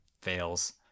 fails